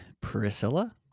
Priscilla